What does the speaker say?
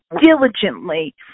diligently